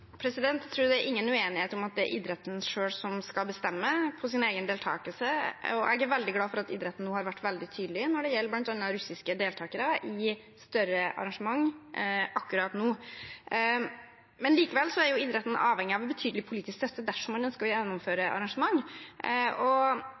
skal bestemme når det gjelder egen deltakelse. Jeg er veldig glad for at idretten har vært veldig tydelig når det gjelder bl.a. russiske deltakere i større arrangement akkurat nå. Men likevel er idretten avhengig av en betydelig politisk støtte dersom man ønsker å gjennomføre